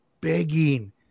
begging